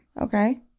okay